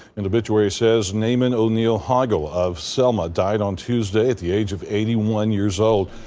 and the obituary says namon o'neal hoggle of selma died on tuesday at the age of eighty one years old.